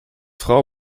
frau